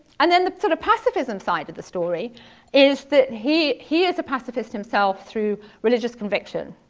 and then the sort of pacifism side of the story is that he he is a pacifist himself through religious conviction.